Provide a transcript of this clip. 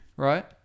Right